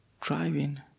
driving